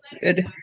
good